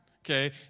Okay